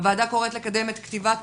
הועדה קוראת לקדם את כתיבת